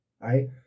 Right